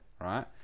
right